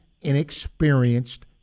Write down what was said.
inexperienced